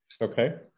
okay